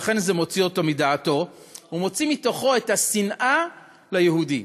ולכן זה מוציא אותו מדעתו ומוציא מתוכו את השנאה ליהודי.